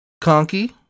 Conky